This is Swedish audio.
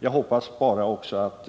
Jag hoppas också att